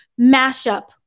mashup